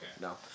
No